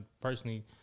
personally